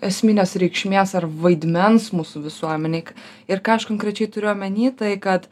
esminės reikšmės ar vaidmens mūsų visuomenėj ir ką aš konkrečiai turiu omeny tai kad